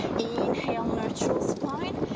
inhale, neutral spine,